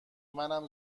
منم